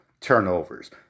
turnovers